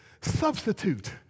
substitute